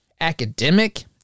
academic